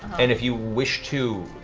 and if you wish to